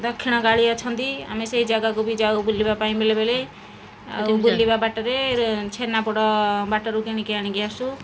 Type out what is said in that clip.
ଦକ୍ଷିଣକାଳୀ ଅଛନ୍ତି ଆମେ ସେହି ଜାଗାକୁ ବି ଯାଉ ବୁଲିବା ପାଇଁ ବେଳେବେଳେ ବୁଲିବା ବାଟରେ ଛେନାପୋଡ଼ ବାଟରୁ କିଣିକି ଆଣିକି ଆସୁ